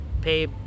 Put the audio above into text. pay